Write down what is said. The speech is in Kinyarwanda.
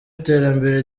iterambere